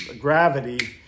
gravity